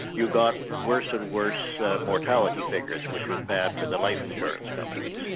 you got worse and worse mortality figures, which was bad for the life insurance companies.